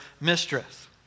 mistress